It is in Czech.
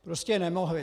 Prostě nemohli.